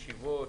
ישיבות,